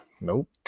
Nope